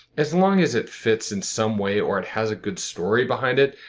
as long as it fits in some way or it has a good story behind it,